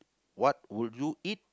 what would you eat